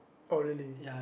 oh really